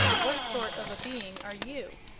what sort of a being are you?